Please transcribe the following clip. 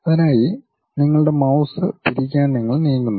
അതിനായി നിങ്ങളുടെ മൌസ് തിരിക്കാൻ നിങ്ങൾ നീങ്ങുന്നു